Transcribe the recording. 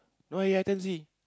no eh I can't see